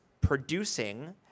producing